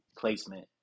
placement